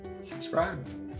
subscribe